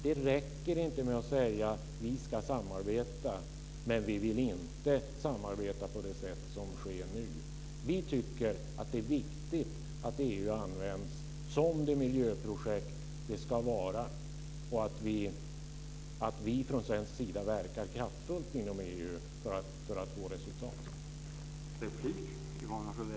Det räcker inte med att säga: Vi ska samarbeta, men vi vill inte samarbeta på det sätt som sker nu. Vi tycker på vårt håll att det är viktigt att EU används som det miljöprojekt det ska vara och att vi från svensk sida ska verka kraftfullt inom EU för att få resultat.